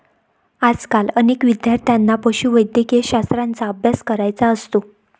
आजकाल अनेक विद्यार्थ्यांना पशुवैद्यकशास्त्राचा अभ्यास करायचा असतो